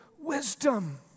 wisdom